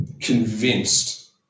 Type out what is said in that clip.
convinced